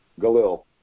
Galil